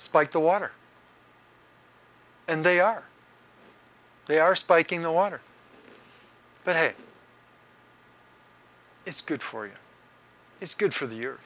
spike the water and they are they are spiking the water but hey it's good for you it's good for the y